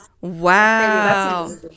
Wow